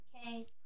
Okay